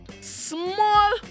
small